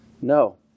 No